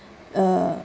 uh